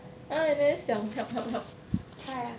!huh! I never 想 help help help